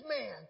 man